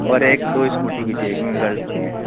اور ایک دو اسکوٹی بھی چاہیے کیونکہ گرلس بھی ہیں